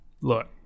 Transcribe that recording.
Look